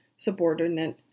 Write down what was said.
subordinate